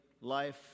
life